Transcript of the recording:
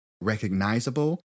recognizable